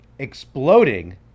exploding